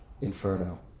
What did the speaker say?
Inferno